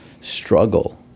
struggle